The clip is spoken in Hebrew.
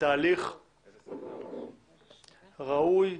תהליך ראוי,